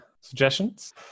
suggestions